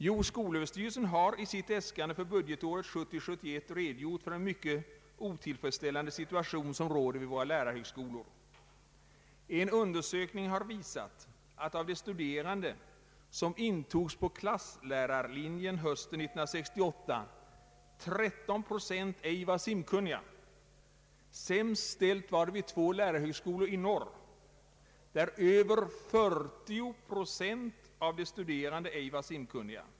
Jo, skolöverstyrelsen har i sitt äskande för budgetåret 1970/71 redogjort för den mycket otillfredsställande situation som råder vid våra lärarhögskolor. En undersökning har visat att av de studerande som intogs på klasslärarlinjen hösten 1968 var 13 procent ej simkunniga. Sämst ställt var det vid två lärarhögskolor i norr, där över 40 procent av de studerande ej var simkunniga.